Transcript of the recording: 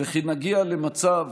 וכי נגיע למצב